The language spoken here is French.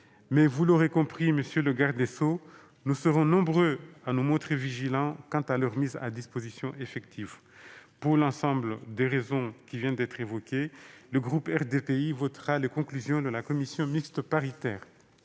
Mais, vous l'aurez compris, monsieur le garde des sceaux, nous serons nombreux à nous montrer vigilants quant à leur mise à disposition effective. Pour l'ensemble des raisons évoquées, le groupe RDPI votera les conclusions de la commission mixte paritaire.